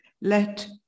let